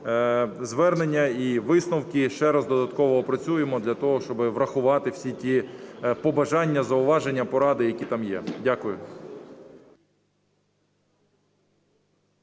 звернення і висновки ще раз додатково опрацюємо для того, щоби врахувати всі ті побажання, зауваження, поради, які там є. Дякую.